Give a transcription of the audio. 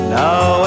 now